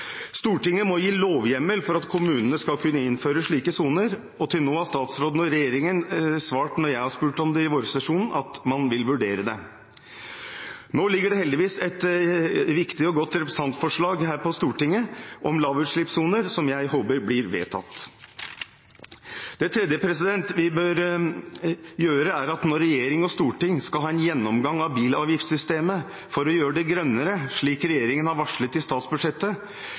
Stortinget må gi lovhjemmel for at kommunene skal kunne innføre slike soner, og til nå har statsråden og regjeringen svart – da jeg spurte om det i vårsesjonen – at man vil vurdere det. Nå ligger det heldigvis et viktig og godt representantforslag her i Stortinget om lavutslippssoner, som jeg håper blir vedtatt. Det tredje vi bør gjøre, er at når regjering og storting skal ha en gjennomgang av bilavgiftssystemet for å gjøre det grønnere, slik regjeringen har varslet i statsbudsjettet,